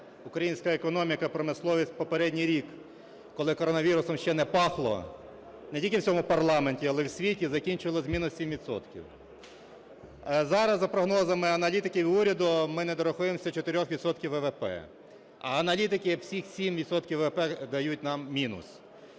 українська економіка і промисловість в попередній рік, коли коронавірусом ще не пахло, не тільки в цьому парламенті, але і в світі, закінчила з мінус 7 відсотків. Зараз, за прогнозами аналітиків і уряду, ми не дорахуємось 4 відсотків ВВП. А аналітики цих 7 відсотків ВВП дають нам мінус.